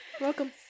Welcome